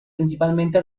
principalmente